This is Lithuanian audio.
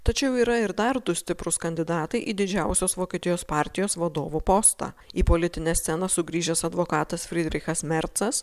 tačiau yra ir dar du stiprūs kandidatai į didžiausios vokietijos partijos vadovo postą į politinę sceną sugrįžęs advokatas fridrichas mercas